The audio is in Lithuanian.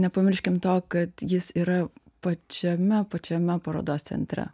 nepamirškim to kad jis yra pačiame pačiame parodos centre